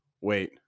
wait